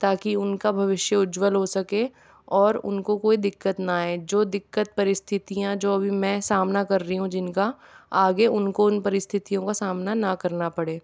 ताकि उनका भविष्य उज्जवल हो सके और उनको कोई दिक्कत ना आए जो दिक्कत परिस्थितियाँ जो अभी मैं सामना कर रही हूँ जिनका आगे उनको उन परिस्थितियों का सामना ना करना पड़े